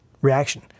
reaction